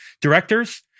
directors